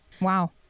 Wow